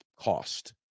cost